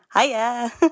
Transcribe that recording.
Hiya